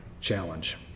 challenge